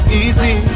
easy